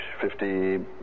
Fifty